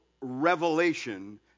revelation